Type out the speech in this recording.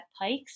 Pikes